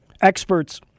Experts